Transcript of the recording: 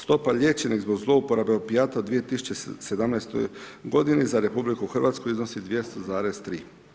Stopa liječenih od zlouporabe opijata u 2017. g. za RH iznosi 200,3.